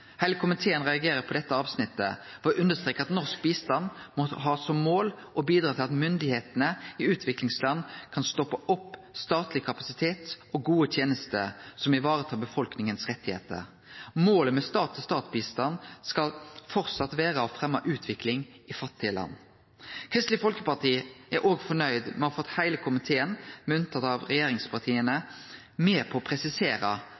Heile komiteen reagerer på dette avsnittet ved å understreke at norsk bistand må ha som mål å bidra til at styresmaktene i utviklingsland kan byggje opp statleg kapasitet og gode tenester som tar vare på befolkningas rettar. Målet med stat-til-stat-bistand skal framleis vere å fremje utvikling i fattige land. Kristeleg Folkeparti er òg fornøgd med å ha fått heile komiteen, med unntak av regjeringspartia, med på å